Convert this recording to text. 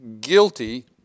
guilty